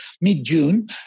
mid-June